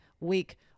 week